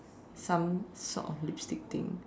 some sort of lipstick thing